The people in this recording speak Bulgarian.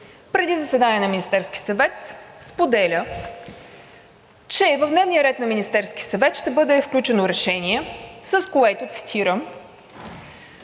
преди заседание на Министерския съвет споделя, че в дневния ред на Министерския съвет ще бъде включено решение, с което, цитирам: